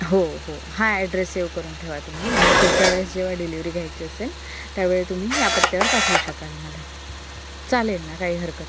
हो हो हा ॲड्रेस सेव करून ठेवा तुम्ही म्हणजे पुढच्या वेळेस जेव्हा डिलिवरी घ्यायची असेल त्यावेळी तुम्ही ह्या पत्त्यावर पाठवू शकाल मला चालेल ना काही हरकत नाही आहे